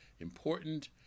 important